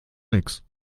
nichts